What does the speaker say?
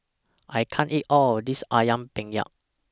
I can't eat All of This Ayam Penyet